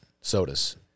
sodas